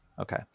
Okay